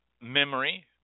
memory